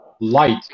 light